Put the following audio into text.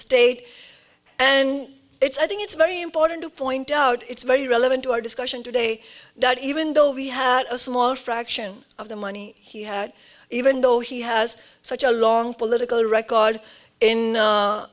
state and it's i think it's very important to point out it's very relevant to our discussion today that even though we have a small fraction of the money he had even though he has such a long